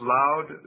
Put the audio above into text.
loud